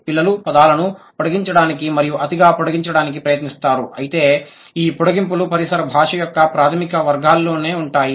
పిల్లలు పదాలను పొడిగించడానికి మరియు అతిగా పొడిగించడానికి ప్రయత్నిస్తారు అయితే ఈ పొడిగింపులు పరిసర భాష యొక్క ప్రాథమిక వర్గాల్లోనే ఉంటాయి